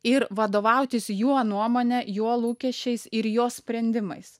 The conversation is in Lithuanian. ir vadovautis jo nuomone jo lūkesčiais ir jo sprendimais